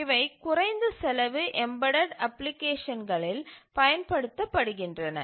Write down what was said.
இவை குறைந்த செலவு எம்பெடட் அப்ளிகேஷன்களில் பயன்படுத்தப்படுகின்றன